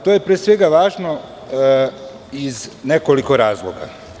To je, pre svega, važno iz nekoliko razloga.